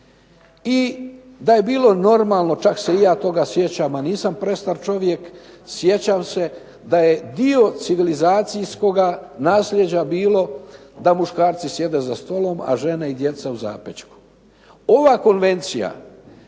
i da je bilo normalno, čak se i ja toga sjećam, a nisam prestar čovjek, sjećam se da je dio civilizacijskoga nasljeđa bilo da muškarci sjede za stolom, a žene i djeca u zapečku. Ova konvencija